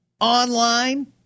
online